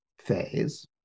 phase